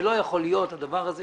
זה לא יכול להיות הדבר הזה